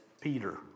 Peter